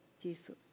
Jesus